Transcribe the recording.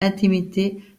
intimité